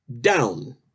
down